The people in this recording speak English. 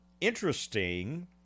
Interesting